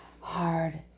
hard